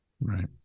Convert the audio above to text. Right